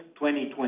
2020